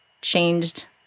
changed